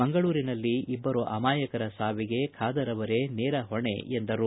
ಮಂಗಳೂರಿನಲ್ಲಿ ಇಬ್ಬರು ಅಮಾಯಕರ ಸಾವಿಗೆ ಖಾದರ್ ಅವರೇ ನೇರ ಹೊಣೆ ಎಂದರು